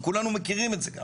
וכולנו מכירים את זה.